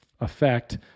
effect